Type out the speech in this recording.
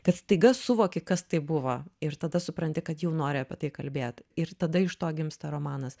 kad staiga suvoki kas tai buvo ir tada supranti kad jau nori apie tai kalbėt ir tada iš to gimsta romanas